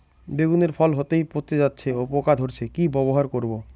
বেগুনের ফল হতেই পচে যাচ্ছে ও পোকা ধরছে কি ব্যবহার করব?